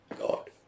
God